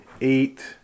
eight